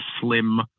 slim